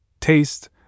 taste